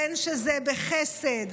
בין שזה בחסד,